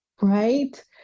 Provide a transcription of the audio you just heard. Right